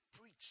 preach